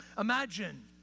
Imagine